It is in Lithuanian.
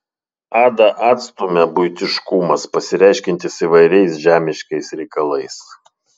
adą atstumia buitiškumas pasireiškiantis įvairiais žemiškais reikalais